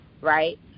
right